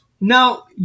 Now